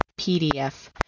PDF